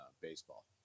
baseball